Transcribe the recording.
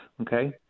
okay